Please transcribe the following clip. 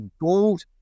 gold